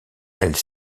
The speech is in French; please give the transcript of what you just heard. elle